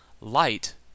Light